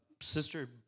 Sister